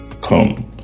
come